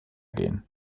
gehen